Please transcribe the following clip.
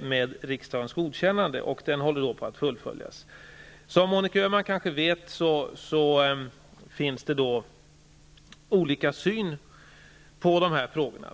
med riksdagens godkännande, har startat den omorganiastion som nu fullföljs. Monica Öhman vet kanske att det finns olika uppfattningar om de här sakerna.